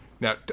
Now